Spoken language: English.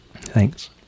Thanks